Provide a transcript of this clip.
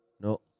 No